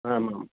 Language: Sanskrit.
आम् आम्